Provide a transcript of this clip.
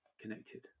connected